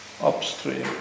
upstream